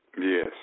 Yes